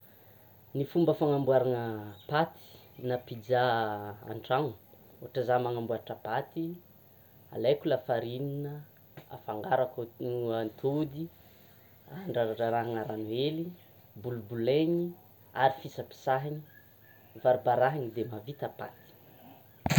Ny fomba fanamboarana paty na pizza an-trano ohatra za manamboatra paty alaiko la farine, afangaroko atody, raradrarahana rano hely bolobolaigny, ary fisapisahiny baribarahiny de mahavita paty